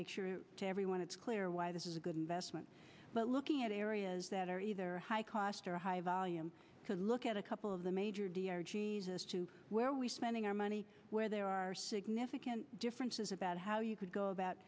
make sure everyone is clear why this is a good investment but looking at areas that are either high cost or high volume because look at a couple of the major where are we spending our money where there are significant differences about how you could go about